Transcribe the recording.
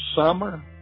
summer